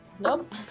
Nope